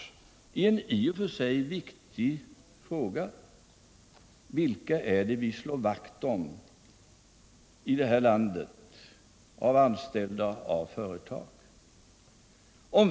Det gäller en i och för sig viktig fråga: Vilka är det vi slår vakt om i det här landet bland anställda och företag?